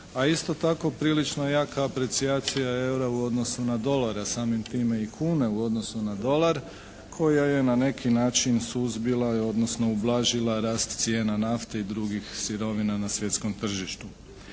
a isto tako prilično jaka apricijacija eura u odnosu na dolar, a samim time i kune u odnosu na dolar koja je na neki način suzbila, odnosno ublažila rast cijena nafte i drugih sirovina na svjetskom tržištu.